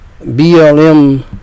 BLM